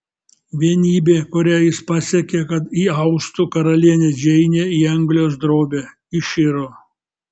vienybė kurią jis pasiekė kad įaustų karalienę džeinę į anglijos drobę iširo